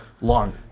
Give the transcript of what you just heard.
Long